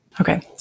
Okay